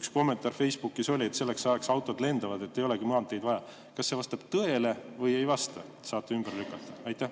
Üks kommentaar Facebookis oli, et selleks ajaks autod lendavad ja maanteid ei olegi vaja. Kas see vastab tõele või ei vasta? Saate ümber lükata? Tänan,